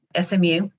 SMU